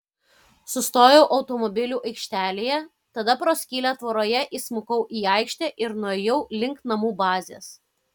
sustojau automobilių aikštelėje tada pro skylę tvoroje įsmukau į aikštę ir nuėjau link namų bazės